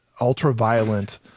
ultra-violent